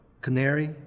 canary